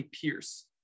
pierce